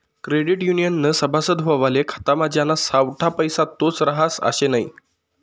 credit युनियननं सभासद व्हवाले खातामा ज्याना सावठा पैसा तोच रहास आशे नै